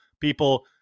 people